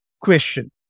question